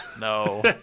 No